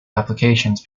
applications